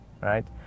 right